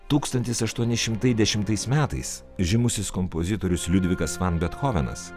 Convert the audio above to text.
tūkstantis aštuoni šimtai dešimtais metais žymusis kompozitorius liudvikas van bethovenas